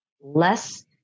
less